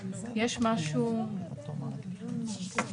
אני אומר לך למה אני חושב שחשוב שיישמר בגדול הניסוח